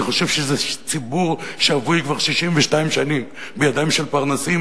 אני חושב שזה ציבור שבוי כבר 62 שנים בידיהם של פרנסים,